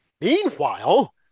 Meanwhile